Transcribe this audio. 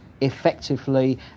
effectively